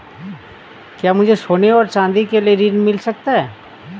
क्या मुझे सोने और चाँदी के लिए ऋण मिल सकता है?